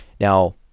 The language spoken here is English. Now